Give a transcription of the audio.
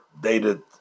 dated